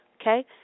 okay